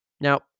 Now